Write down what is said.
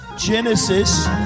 Genesis